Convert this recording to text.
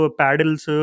paddles